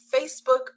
Facebook